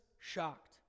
shocked